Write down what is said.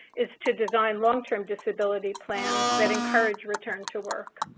is to design long-term disability plans that encourage return to work.